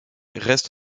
reste